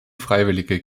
freiwillige